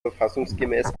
verfassungsgemäß